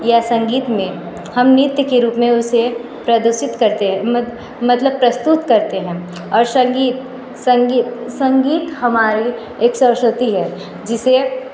या संगीत में हम नृत्य के रूप में उसे प्रदर्शित करते हैं मतलब प्रस्तुत करते है और संगीत संगीत संगीत हमारी एक सरस्वती है जिसे